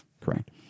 Correct